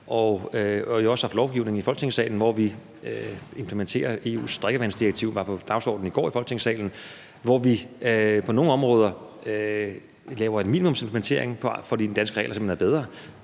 Vi har jo også haft lovgivning i Folketingssalen, hvor vi implementerer noget. Implementeringen af EU's drikkevandsdirektiv var på dagsordenen i går i Folketingssalen. På nogle områder laver vi en minimumsimplementering, fordi de danske regler simpelt